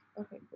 okay